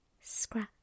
Scratch